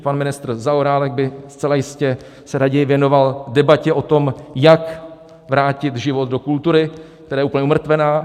Pan ministr Zaorálek by se zcela jistě raději věnoval debatě o tom, jak vrátit život do kultury, která je úplně umrtvená.